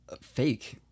fake